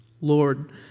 Lord